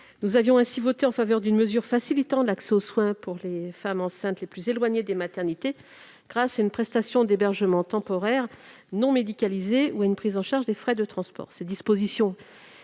Nous avions ainsi voté en faveur d'une mesure facilitant l'accès aux soins pour les femmes enceintes les plus éloignées des maternités, grâce à une prestation d'hébergement temporaire non médicalisé ou à une prise en charge des frais de transport. Ces dispositions